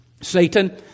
Satan